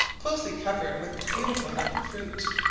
closely covered with the beautiful looking fruit,